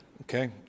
Okay